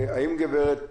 בוקר טוב,